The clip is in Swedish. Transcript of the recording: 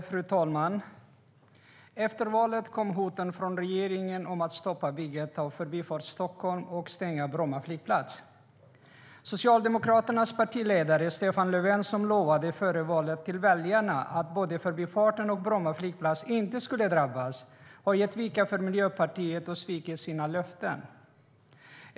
Fru talman! Efter valet kom hoten från regeringen om att stoppa bygget av Förbifart Stockholm och stänga Bromma flygplats. Socialdemokraternas partiledare Stefan Löfven, som före valet lovade väljarna att varken Förbifarten eller Bromma flygplats skulle drabbas, har gett vika för Miljöpartiet och svikit sina löften.